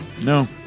no